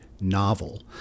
novel